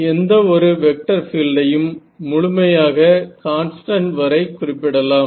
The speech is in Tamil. எந்த ஒரு வெக்டர் பீல்ட்டையும் முழுமையாக கான்ஸ்டன்ட் வரை குறிப்பிடலாம்